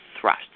thrust